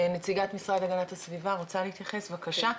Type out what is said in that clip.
נציגת משרד הגנת הסביבה רוצה להתייחס, בבקשה.